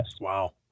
Wow